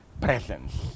presence